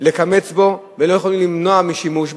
לקמץ בו ולא יכולים להימנע משימוש בו.